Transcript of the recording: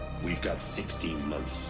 we've got sixteen months